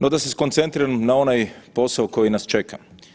No, da se skoncentriramo na onaj posao koji nas čeka.